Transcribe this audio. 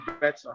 better